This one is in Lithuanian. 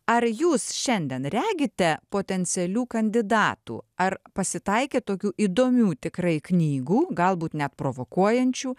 ar jūs šiandien regite potencialių kandidatų ar pasitaikė tokių įdomių tikrai knygų galbūt net provokuojančių